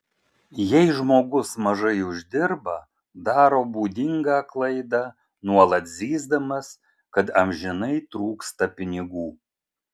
jei žmogus mažai uždirba daro būdingą klaidą nuolat zyzdamas kad amžinai trūksta pinigų